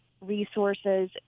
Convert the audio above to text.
resources